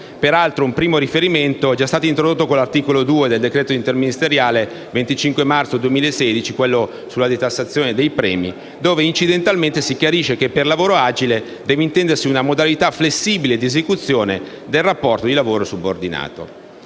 Peraltro, un primo riferimento è già stato introdotto con l’articolo 2 del decreto interministeriale 25 marzo 2016 sulla detassazione dei premi dove, incidentalmente, si chiarisce che, per lavoro agile, deve intendersi una modalità flessibile di esecuzione del rapporto di lavoro subordinato.